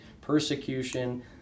persecution